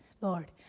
lord